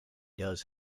does